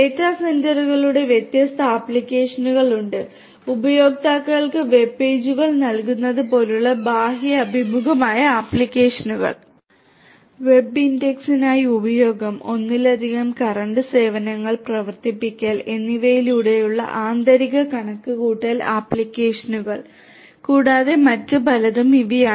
data സെന്ററുകളുടെ വ്യത്യസ്ത ആപ്ലിക്കേഷനുകൾ ഉണ്ട് ഉപയോക്താക്കൾക്ക് വെബ് പേജുകൾ നൽകുന്നത് പോലുള്ള ബാഹ്യ അഭിമുഖമായ ആപ്ലിക്കേഷനുകൾ വെബ് ഇൻഡെക്സിംഗിനായി ഉപയോഗം ഒന്നിലധികം കൺകറന്റ് സേവനങ്ങൾ പ്രവർത്തിപ്പിക്കൽ എന്നിവയിലൂടെയുള്ള ആന്തരിക കണക്കുകൂട്ടൽ ആപ്ലിക്കേഷനുകൾ കൂടാതെ മറ്റു പലതും ഇവയാണ്